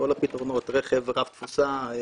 רכב רב תפוסה,